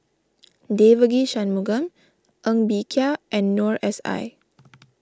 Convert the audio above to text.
Devagi Sanmugam Ng Bee Kia and Noor S I